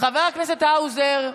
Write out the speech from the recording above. חבר הכנסת האוזר.